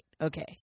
Okay